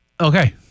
Okay